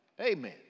Amen